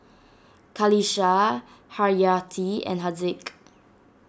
Qalisha Haryati and Haziq